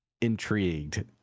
intrigued